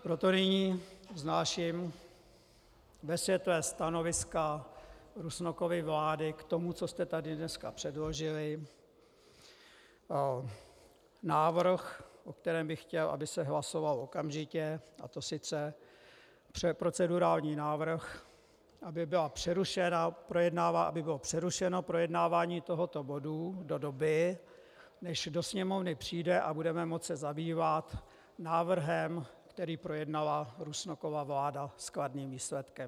Proto nyní vznáším ve světle stanoviska Rusnokovy vlády k tomu, co jste tady dneska předložili, návrh, o kterém bych chtěl, aby se hlasovalo okamžitě, a to procedurální návrh, aby bylo přerušeno projednávání tohoto bodu do doby, než do Sněmovny přijde a budeme se moci zabývat návrhem, který projednala Rusnokova vláda s kladným výsledkem.